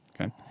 Okay